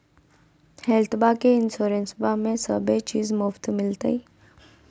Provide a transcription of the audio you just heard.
हेल्थबा के इंसोरेंसबा में सभे चीज मुफ्त मिलते?